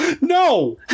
No